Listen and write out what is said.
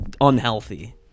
unhealthy